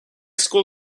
school